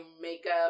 makeup